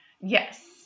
Yes